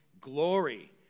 glory